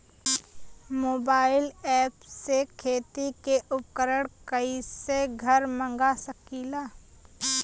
Mobile ऐपसे खेती के उपकरण कइसे घर मगा सकीला?